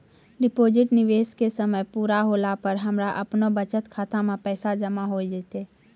Deposit निवेश के समय पूरा होला पर हमरा आपनौ बचत खाता मे पैसा जमा होय जैतै?